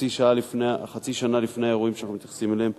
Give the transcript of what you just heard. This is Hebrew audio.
חצי שנה לפני האירועים שאנחנו מתייחסים אליהם,